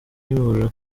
kimihurura